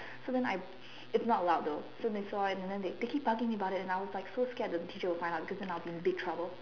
so then I it's not loud though so they saw and then they keep bugging me about it and I was like so scared the teacher would find out because I would be in deep trouble